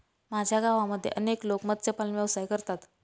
माझ्या गावामध्ये अनेक लोक मत्स्यपालन व्यवसाय करतात